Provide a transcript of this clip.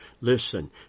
Listen